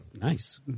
nice